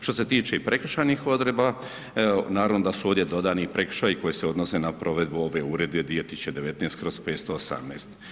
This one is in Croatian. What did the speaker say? Što se tiče i prekršajnih odredaba, naravno da su ovdje dodatni prekršaji koji se odnose na provedbu ove Uredbe 2019/518.